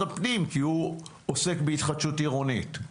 הפנים כי הוא עוסק בהתחדשות עירונית.